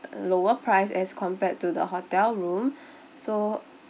lower price as compared to the hotel room so